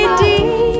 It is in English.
deep